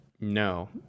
No